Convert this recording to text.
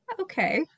okay